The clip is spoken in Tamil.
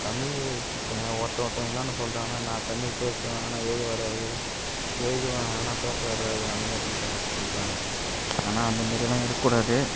தமிழை ஒருத்த ஒருத்தவங்க என்னான்ன சொல்லுறாங்கனா நான் தமிழ் பேசுவேன் ஆனால் எழுத வராது எழுதுவேன் ஆனால் பேச வராது அந்த மாதிரி இருந்தவங்க சொல்லுறாங்க ஆனால் அந்த மாதிரிலாம் இருக்கக் கூடாது